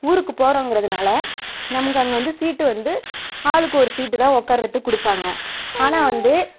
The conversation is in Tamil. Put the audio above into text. ஊருக்கு போகிறோங்கிறதுனால நமக்கு அங்கே வந்து சீட்டு வந்து ஆளுக்கு ஒரு சீட்டு தான் உக்கார்றத்துக்கு கொடுப்பாங்க ஆனால் வந்து